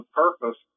purpose